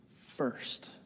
first